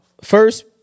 First